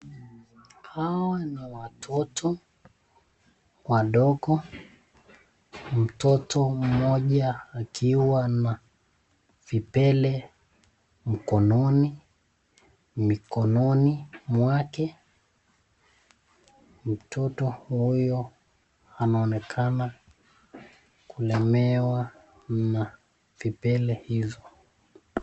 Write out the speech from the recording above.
Hawa ni watoto wadogo, mtoto mmojs akiwa na vipele mkononi mikononi, mwake mtoto huyo anaonekana kulemewa na vipele hizo.